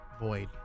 Void